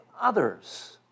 others